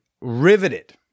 riveted